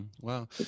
Wow